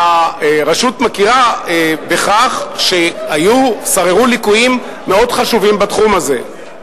הרשות מכירה בכך ששררו ליקויים מאוד חשובים בתחום הזה,